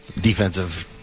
defensive